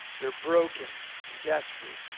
they're broken and desperate.